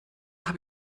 habe